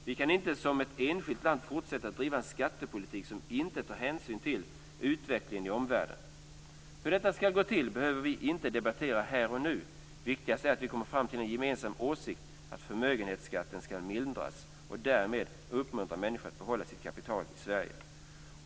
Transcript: Vi kan inte som ett enskilt land fortsätta att driva en skattepolitik som inte tar hänsyn till utvecklingen i omvärlden. Hur detta skall gå till behöver vi inte debattera här och nu. Viktigast är att vi kommer fram till den gemensamma åsikten att förmögenhetsskatten skall mildras och att vi därmed uppmuntrar människor att behålla sitt kapital i Sverige.